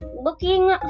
looking